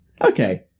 Okay